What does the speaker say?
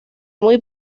muy